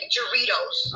Doritos